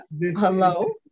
Hello